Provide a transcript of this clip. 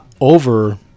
over